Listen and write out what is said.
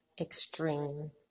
Extreme